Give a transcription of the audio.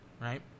Right